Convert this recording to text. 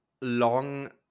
long